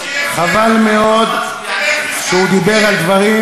חבל מאוד שהוא דיבר על דברים,